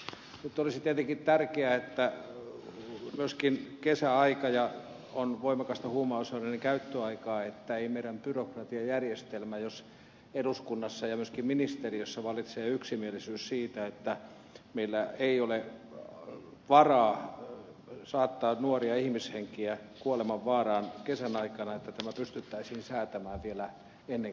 nyt olisi tietenkin tärkeää kun on myöskin kesäaika joka on voimakasta huumausaineiden käyttöaikaa että ei meidän byrokratiajärjestelmämme estä sitä jos eduskunnassa ja myöskin ministeriössä vallitsee yksimielisyys siitä että meillä ei ole varaa saattaa nuoria ihmishenkiä kuoleman vaaraan kesän aikana että tämä pystyttäisiin säätämään vielä ennen kesätaukoa